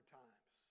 times